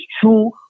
true